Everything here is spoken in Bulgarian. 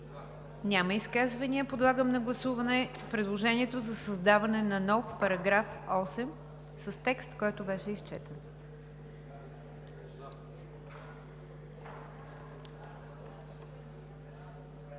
ли изказвания? Няма. Подлагам на гласуване предложението за създаване на нов § 8 с текст, който беше изчетен.